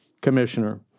commissioner